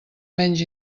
menys